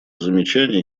замечаний